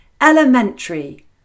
Elementary